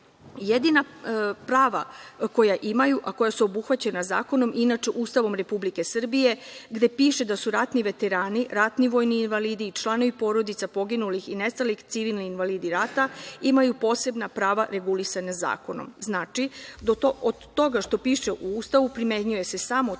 prava koja imaju, a koja su obuhvaćena zakonom, inače Ustavom Republike Srbije gde piše da su ratni veterani, ratni vojni invalidi i članovi porodica poginulih i nestalih, civilni invalidi rata imaju posebna prava regulisana zakonom. Znači, od toga što piše u Ustavu primenjuje se samo to